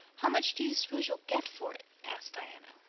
how much do you suppose you'll get for it? asked diana.